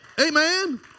Amen